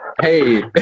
Hey